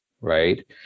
right